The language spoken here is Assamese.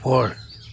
ওপৰ